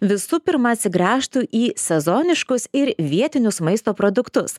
visų pirma atsigręžtų į sezoniškus ir vietinius maisto produktus